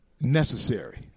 necessary